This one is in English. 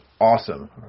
awesome